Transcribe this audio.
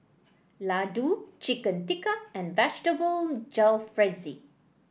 Ladoo Chicken Tikka and Vegetable Jalfrezi